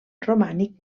romànic